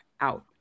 out